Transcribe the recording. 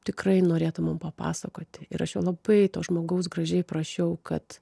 tikrai norėtų mum papasakoti ir jo aš labai to žmogaus gražiai prašiau kad